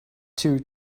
two